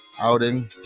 outing